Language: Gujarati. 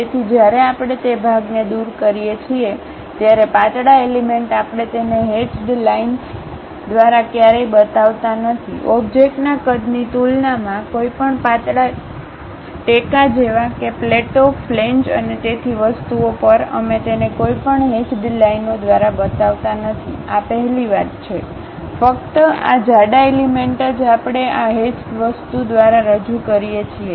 તેથી જ્યારે આપણે તે ભાગને દૂર કરીએ છીએ ત્યારે પાતળા એલિમેન્ટ આપણે તેને હેચડ લાઈનસ દ્વારા ક્યારેય બતાવતા નથી ઓબ્જેક્ટના કદની તુલનામાં કોઈપણ પાતળા ટેકો જેવા કે પ્લેટો ફ્લેંજ અને તેથી વસ્તુઓ પર અમે તેને કોઈપણ હેચડ લાઇનો દ્વારા બતાવતા નથી આ પહેલી વાત છે ફક્ત આ જાડા એલિમેન્ટ જ આપણે આ હેચડ વસ્તુ દ્વારા રજૂ કરીએ છીએ